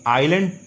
island